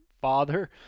father